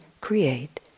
create